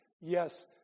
yes